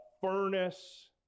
furnace